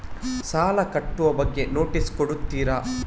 ಸಾಲ ಕಟ್ಟುವ ಬಗ್ಗೆ ನೋಟಿಸ್ ಕೊಡುತ್ತೀರ?